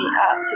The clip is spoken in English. up